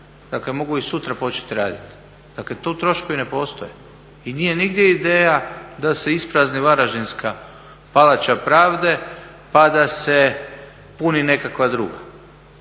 dakle mogu i sutra početi raditi. Tu troškovi ne postoje. I nije nigdje ideja da se isprazni Varaždinska palača pravde pa da se puni nekakva druga.